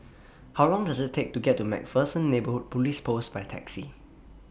How Long Does IT Take to get to MacPherson Neighbourhood Police Post By Taxi